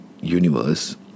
universe